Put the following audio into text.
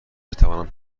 بتوانم